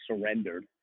surrendered